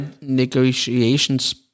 negotiations